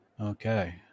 Okay